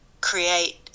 create